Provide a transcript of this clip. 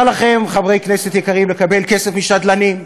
מותר לכם, חברי כנסת יקרים, לקבל כסף משדלנים.